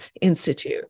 Institute